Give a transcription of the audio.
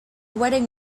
wedding